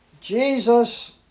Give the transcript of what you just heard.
Jesus